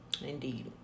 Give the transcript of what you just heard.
Indeed